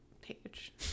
page